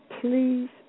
Please